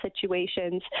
situations